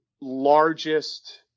largest